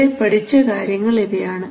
ഇവിടെ പഠിച്ച കാര്യങ്ങൾ ഇവയാണ്